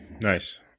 Nice